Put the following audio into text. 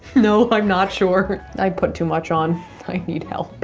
nope. i'm not sure. i put too much on i need help.